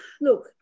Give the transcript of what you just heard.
Look